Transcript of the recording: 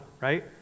right